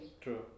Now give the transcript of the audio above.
true